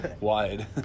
Wide